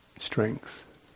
strength